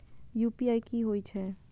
UPI की होई छै?